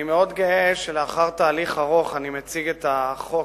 אני מאוד גאה שלאחר תהליך ארוך אני מציג את החוק